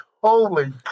holy